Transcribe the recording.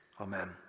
Amen